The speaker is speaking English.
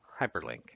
Hyperlink